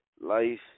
Life